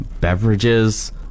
beverages